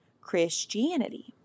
Christianity